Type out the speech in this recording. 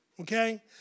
okay